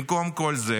במקום כל, זה